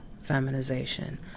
Feminization